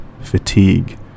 fatigue